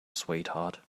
sweetheart